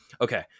okay